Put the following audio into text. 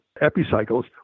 epicycles